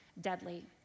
deadly